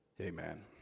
Amen